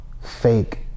fake